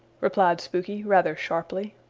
replied spooky rather sharply.